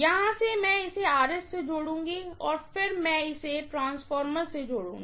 यहां से मैं इसे से जोड़ूँगी और फिर मैं इसे इस ट्रांसफार्मर से जोड़ूँगी